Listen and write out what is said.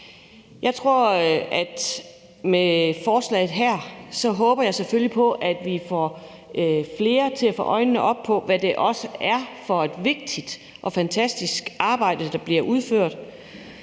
handicappede. Med forslaget her håber jeg selvfølgelig på, at vi får flere til at få øjnene op for, hvad det er for et vigtigt og fantastisk arbejde, der bliver udført.